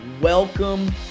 Welcome